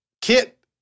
Kit